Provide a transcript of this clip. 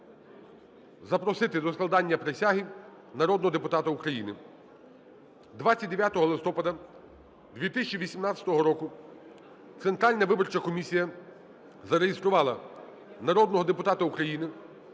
запросити до складення присяги народного депутата України. 29 листопада 2018 року Центральна виборча комісія зареєструвала народного депутата України,